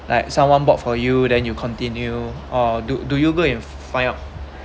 like someone bought for you then you continue or do do you go and